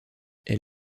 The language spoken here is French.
est